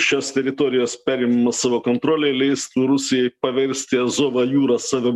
šios teritorijos perėmimas savo kontrolei leistų rusijai paversti azovo jūros savo